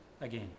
again